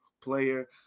player